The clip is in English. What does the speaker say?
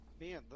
Man